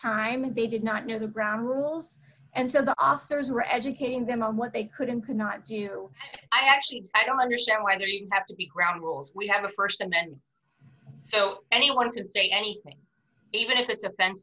and they did not know the ground rules and so the officers were educating them on what they could and could not do i actually i don't understand why they have to be ground rules we have a st amendment so anyone can say anything even if it's